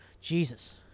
Jesus